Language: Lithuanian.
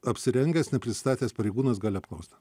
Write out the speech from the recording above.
apsirengęs neprisistatęs pareigūnas gali apklaust